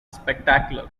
spectacular